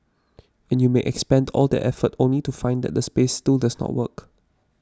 and you may expend all that effort only to find that the space still does not work